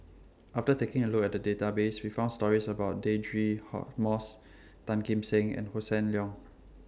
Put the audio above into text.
after taking A Look At The Database We found stories about Deirdre Hot Moss Tan Kim Seng and Hossan Leong